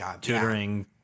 tutoring